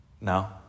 No